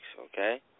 Okay